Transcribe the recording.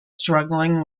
struggling